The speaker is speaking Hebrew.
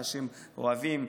אנשים אוהבים,